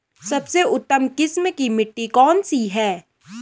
सबसे उत्तम किस्म की मिट्टी कौन सी है?